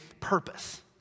purpose